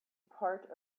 part